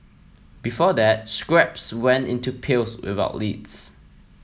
before that scraps went into pails without lids